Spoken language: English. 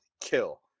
kill